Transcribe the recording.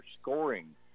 scoring